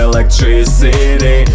Electricity